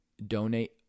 donate